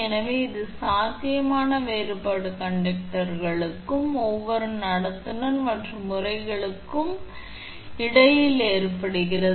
எனவே அந்த சாத்தியமான வேறுபாடு கண்டக்டர்களும் ம் ஒவ்வொரு நடத்துனர் மற்றும் உறைகளுக்கும் இடையில் ஏற்படுகிறது